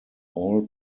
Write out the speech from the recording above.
all